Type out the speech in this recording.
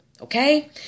okay